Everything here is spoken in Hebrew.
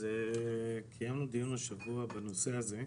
אז קיימנו דיון השבוע בנושא הזה,